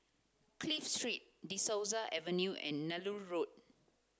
Clive Street De Souza Avenue and Nallur Road